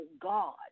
God